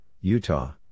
Utah